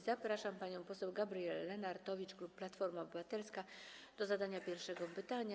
Zapraszam panią poseł Gabrielę Lenartowicz, klub Platforma Obywatelska, do zadania pierwszego pytania.